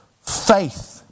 faith